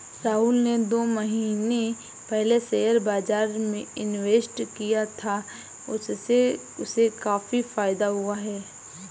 राहुल ने दो महीने पहले शेयर बाजार में इन्वेस्ट किया था, उससे उसे काफी फायदा हुआ है